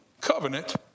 covenant